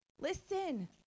listen